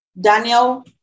Daniel